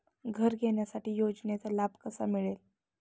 घर घेण्यासाठी योजनेचा लाभ कसा मिळेल?